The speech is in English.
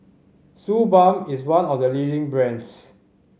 Suu Balm is one of the leading brands